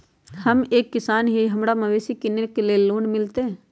हम एक किसान हिए हमरा मवेसी किनैले लोन मिलतै?